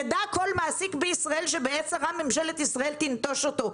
ידע כל מעסיק בישראל שבעת צרה ממשלת ישראל תיטוש אותו.